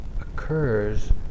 occurs